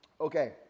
Okay